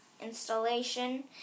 installation